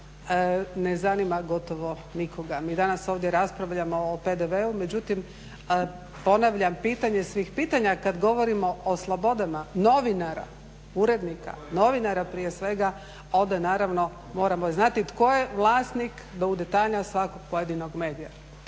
ne zanima gotovo nikoga. Mi danas ovdje raspravljamo o PDV-u. Međutim, ponavljam pitanje svih pitanja kad govorimo o slobodama novinara, urednika, novinara prije svega onda naravno moramo znati tko je vlasnik do u detalja svakog pojedinog medija.